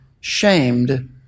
shamed